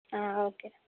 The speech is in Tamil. ஆ ஓகே